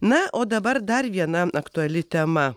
na o dabar dar viena aktuali tema